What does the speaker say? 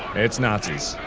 it's nazis